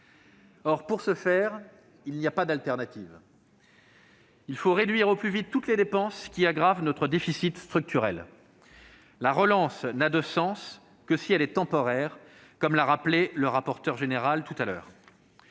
Or pour ce faire, il n'y a pas d'échappatoire : il faut réduire au plus vite toutes les dépenses qui aggravent notre déficit structurel. La relance n'a de sens que si elle est temporaire, comme l'a rappelé le rapporteur général dans son